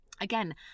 Again